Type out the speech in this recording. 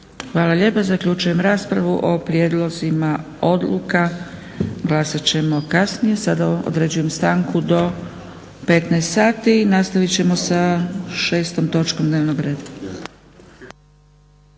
Hvala lijepa. Zaključujem raspravu. O prijedlozima odluka glasat ćemo kasnije. Sada određujem stanku do 15 sati i nastaviti ćemo sa 6. točkom dnevnog reda.